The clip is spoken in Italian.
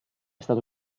stato